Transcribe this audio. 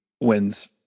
wins